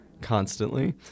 constantly